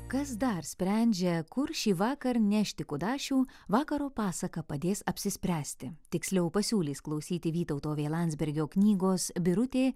kas dar sprendžia kur šįvakar nešti kudašių vakaro pasaka padės apsispręsti tiksliau pasiūlys klausyti vytauto vė landsbergio knygos birutė